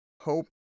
Hope